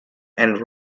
and